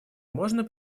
можно